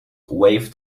wave